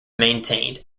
maintained